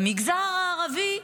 במגזר הערבי,